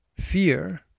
fear